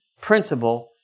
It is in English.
principle